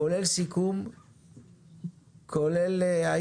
כולל סיכום,